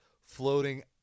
floating